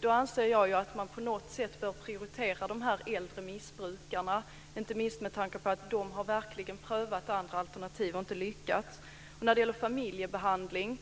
Då anser jag att man på något sätt bör prioritera de äldre missbrukarna, inte minst med tanke på att de verkligen har prövat andra alternativ och inte lyckats. När det gäller familjebehandling